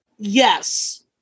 Yes